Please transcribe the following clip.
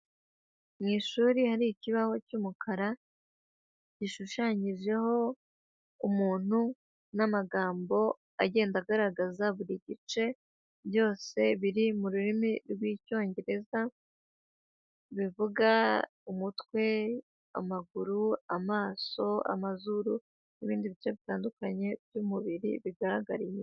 Mu ishuri hari ikibaho cy'umukara gishushanyijeho umuntu n'amagambo agenda agaragaza buri gice, byose biri mu rurimi rw'Icyongereza, bivuga umutwe, amaguru, amaso, amazuru, n'ibindi bice bitandukanye by'umubiri bigaragara inyuma.